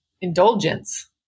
indulgence